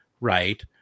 right